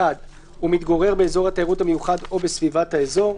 (1)הוא מתגורר באזור התיירות המיוחד או בסביבת האזור,